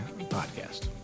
Podcast